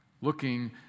Looking